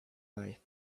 life